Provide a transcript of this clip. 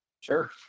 Sure